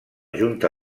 junta